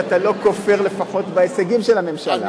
שאתה לא כופר לפחות בהישגים של הממשלה.